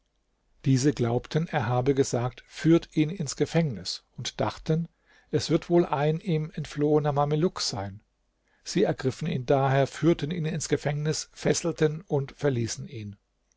diese glaubten er habe gesagt führt ihn ins gefängnis und dachten es wird wohl ein ihm entflohener mameluck sein sie ergriffen ihn daher führten ihn ins gefängnis fesselten und verließen ihn